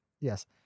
yes